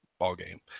ballgame